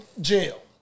jail